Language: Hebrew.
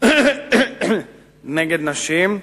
נגד נשים,